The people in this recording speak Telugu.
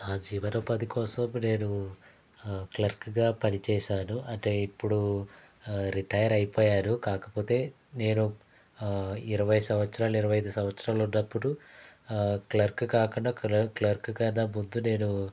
ఆ చివరి పది కోసం నేను క్లర్కు గా పనిచేశాను అంటే ఇప్పుడు రిటైరు అయిపోయాను కాకపోతే నేను ఇరవై సంవత్సరాలు ఇరవైదు సంవత్సరాలు ఉన్నపుడు క్లర్క్ కాకుండా క్లర్క్ క్లర్క్ కన్నా ముందు నేను